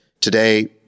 today